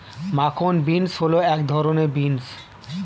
মাখন বিন্স হল এক ধরনের বিন্স